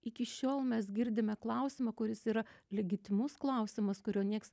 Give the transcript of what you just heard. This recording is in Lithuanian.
iki šiol mes girdime klausimą kuris yra ligitimus klausimas kurio nieks